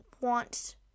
want